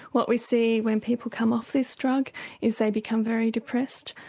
what we see when people come off this drug is they become very depressed.